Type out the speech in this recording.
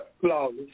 Flawless